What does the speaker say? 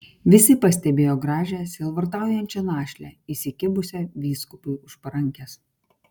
visi pastebėjo gražią sielvartaujančią našlę įsikibusią vyskupui už parankės